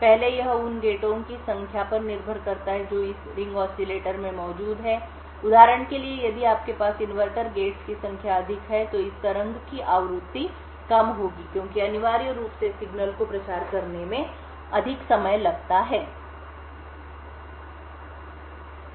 पहले यह उन गेटों की संख्या पर निर्भर करता है जो इस रिंग ऑसिलेटर में मौजूद हैं उदाहरण के लिए यदि आपके पास इनवर्टर गेट्स की संख्या अधिक है तो इस तरंग की आवृत्ति कम होगी क्योंकि अनिवार्य रूप से सिग्नल को प्रचार करने में अधिक समय लगता है उत्पादन